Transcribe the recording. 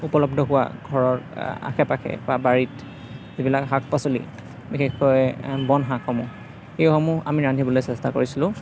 উপলব্ধ হোৱা ঘৰৰ আশে পাশে বা বাৰীত যিবিলাক শাক পাচলি বিশেষকৈ বন শাকসমূহ এইসমূহ আমি ৰান্ধিবলৈ চেষ্টা কৰিছিলোঁ